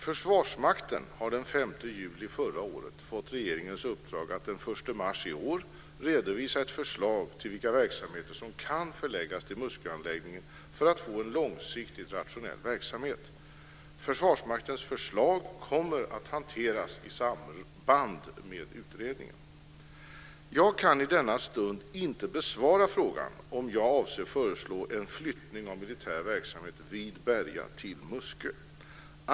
Försvarsmakten har den 5 juli förra året fått regeringens uppdrag att den 1 mars 2002 redovisa ett förslag till vilka verksamheter som kan förläggas till Musköanläggningen för att få en långsiktigt rationell verksamhet. Försvarsmaktens förslag kommer att hanteras i samband med utredningen. Jag kan i denna stund inte besvara frågan om jag avser att föreslå en flyttning av militär verksamhet vid Berga till Muskö.